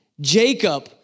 Jacob